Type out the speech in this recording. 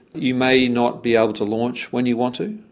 you may not be able to launch when you want to,